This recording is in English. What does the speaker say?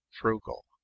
Frugal